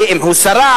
ואם הוא שרף,